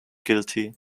guilty